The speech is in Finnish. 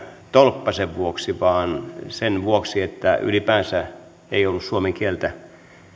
tolppasen vuoksi vaan sen vuoksi että ylipäänsä ei ollut suomen kieltä